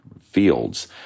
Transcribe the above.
fields